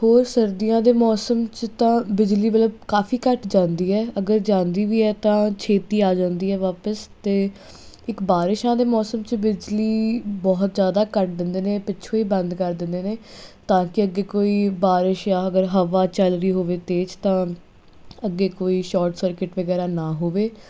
ਹੋਰ ਸਰਦੀਆਂ ਦੇ ਮੌਸਮ 'ਚ ਤਾਂ ਬਿਜਲੀ ਮਤਲਬ ਕਾਫੀ ਘੱਟ ਜਾਂਦੀ ਹੈ ਅਗਰ ਜਾਂਦੀ ਵੀ ਹੈ ਤਾਂ ਛੇਤੀ ਆ ਜਾਂਦੀ ਹੈ ਵਾਪਸ ਅਤੇ ਇੱਕ ਬਾਰਿਸ਼ਾਂ ਦੇ ਮੌਸਮ 'ਚ ਬਿਜਲੀ ਬਹੁਤ ਜ਼ਿਆਦਾ ਘੱਟ ਦਿੰਦੇ ਨੇ ਪਿੱਛੋਂ ਹੀ ਬੰਦ ਕਰ ਦਿੰਦੇ ਨੇ ਤਾਂ ਕਿ ਅੱਗੇ ਕੋਈ ਬਾਰਿਸ਼ ਜਾਂ ਅਗਰ ਹਵਾ ਚੱਲ ਰਹੀ ਹੋਵੇ ਤੇਜ਼ ਤਾਂ ਅੱਗੇ ਕੋਈ ਸ਼ਾਰਟ ਸਰਕਿਟ ਵਗੈਰਾ ਨਾ ਹੋਵੇ